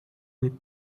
with